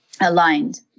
aligned